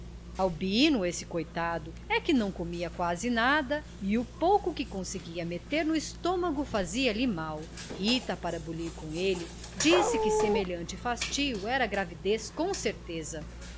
espinhas albino esse coitado é que não comia quase nada e o pouco que conseguia meter no estômago fazia-lhe mal rita para bolir com ele disse que semelhante fastio era gravidez com certeza